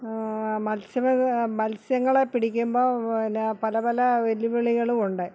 മത്സ്യബന്ധം മത്സ്യങ്ങളെ പിടിക്കുമ്പോൾ പിന്നെ പലപല വെല്ലുവിളികളുമുണ്ട്